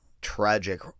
tragic